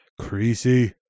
Creasy